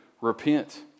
repent